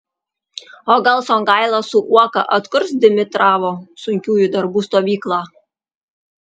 o gal songaila su uoka atkurs dimitravo sunkiųjų darbų stovyklą